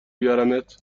بیارمت